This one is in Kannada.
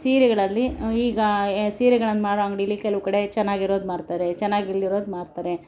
ಸೀರೆಗಳಲ್ಲಿ ಈಗ ಎ ಸೀರೆಗಳನ್ನು ಮಾರೋ ಅಂಗಡಿಲಿ ಕೆಲವು ಕಡೆ ಚೆನ್ನಾಗಿರೋದು ಮಾರ್ತಾರೆ ಚೆನ್ನಾಗಿಲ್ದೇ ಇರೋದು ಮಾರ್ತಾರೆ